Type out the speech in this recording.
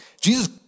Jesus